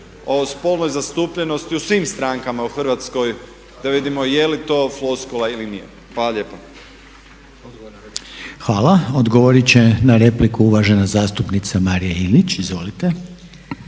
o spolnoj zastupljenosti u svim strankama u Hrvatskoj? Da vidimo je li to floskula ili nije. Hvala lijepa. **Reiner, Željko (HDZ)** Hvala. Odgovorit će na repliku uvažena zastupnica Marija Ilić. Izvolite.